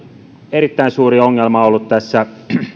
erittäin suuri ongelma ollut tässä